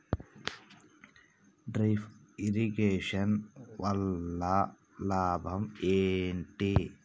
Drip irrigation వల్ల లాభం ఏంటి?